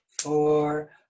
four